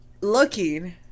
looking